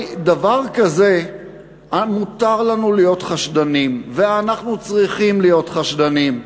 מותר לנו להיות חשדנים ואנחנו צריכים להיות חשדנים,